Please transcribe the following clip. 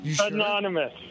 Anonymous